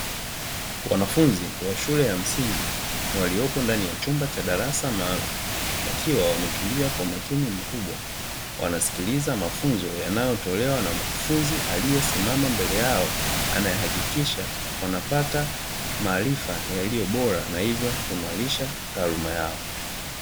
Wanafunzi wa shule ya msingi waliopo ndani ya chumba cha darasa maalumu, wakiwa wametulia kwa umakini mkubwa, wanasikiliza mafunzo yanayotolewa na mkufunzi aliyesimama mbele yao; anayehakikisha wanapata maarifa yaliyo bora na hivyo kuimarisha taaluma yao.